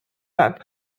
that